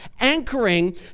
anchoring